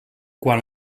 quan